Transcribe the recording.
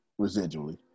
residually